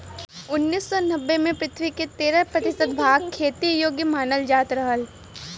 उन्नीस सौ नब्बे में पृथ्वी क तेरह प्रतिशत भाग खेती योग्य मानल जात रहल